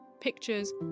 pictures